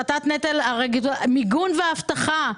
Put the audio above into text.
מיגון ואבטחה,